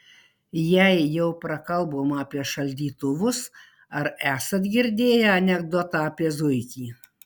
jei jau prakalbom apie šaldytuvus ar esat girdėję anekdotą apie zuikį